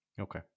Okay